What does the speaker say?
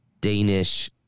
danish